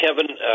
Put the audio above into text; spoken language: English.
Kevin